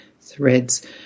threads